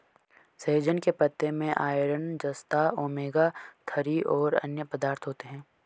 सहजन के पत्ते में आयरन, जस्ता, ओमेगा थ्री और अन्य पदार्थ होते है